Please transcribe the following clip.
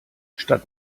statt